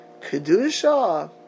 kedusha